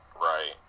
Right